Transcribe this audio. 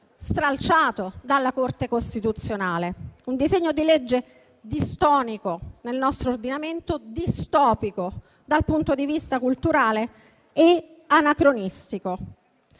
stralciato dalla Corte costituzionale, in quanto distonico nel nostro ordinamento e distopico dal punto di vista culturale e anacronistico.